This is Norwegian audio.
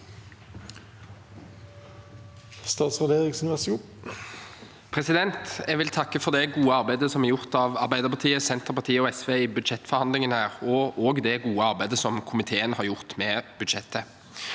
Bjelland Eriksen Jeg vil takke for det gode arbeidet som er gjort av Arbeiderpartiet, Senterpartiet og SV i budsjettforhandlingene, og det gode arbeidet komiteen har gjort med budsjettet.